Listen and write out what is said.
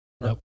Nope